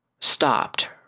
stopped